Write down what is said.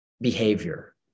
behavior